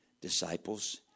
Disciples